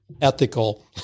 ethical